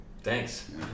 Thanks